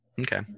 Okay